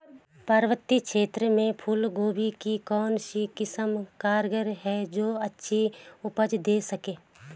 पर्वतीय क्षेत्रों में फूल गोभी की कौन सी किस्म कारगर है जो अच्छी उपज दें सके?